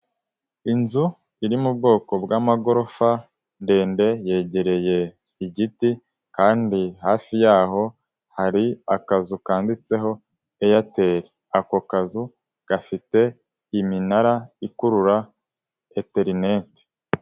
Inzu iri mu bwoko bw'amagorofa ndende yegereye igiti kandi hafi yaho hari akazu kanditseho Airtel, ako kazu gafite iminara ikurura interineti.